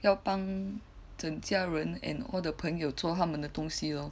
要帮整家人 and all the 朋友做他们的东西 lor